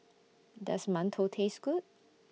Does mantou Taste Good